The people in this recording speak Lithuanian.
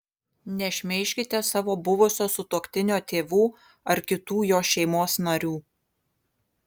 nešmeižkite savo buvusio sutuoktinio tėvų ar kitų jo šeimos narių